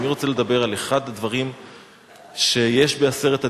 אבל אני רוצה לדבר על אחד הדברים שיש בעשרת הדיברות,